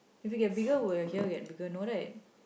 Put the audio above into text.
if you get bigger will your here get bigger no right